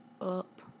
up